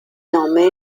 nome